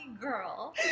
girl